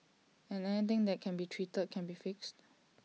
and anything that can be treated can be fixed